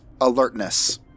alertness